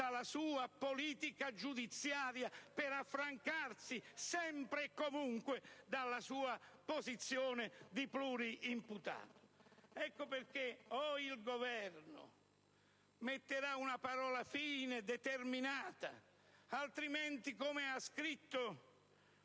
la sua politica giudiziaria, per affrancarsi, sempre e comunque, dalla sua posizione di plurimputato. Ecco perché, o il Governo metterà una parola fine determinata, altrimenti, come ha scritto